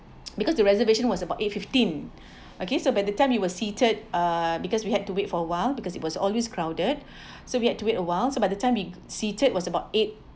because the reservation was about eight fifteen okay so by the time we were seated uh because we had to wait for a while because it was always crowded so we had to wait a while so by the time we was seated was about eight